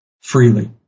freely